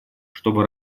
чтобы